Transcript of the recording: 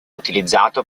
utilizzato